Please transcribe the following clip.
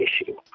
issue